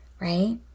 right